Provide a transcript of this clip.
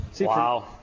Wow